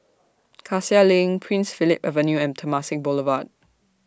Cassia LINK Prince Philip Avenue and Temasek Boulevard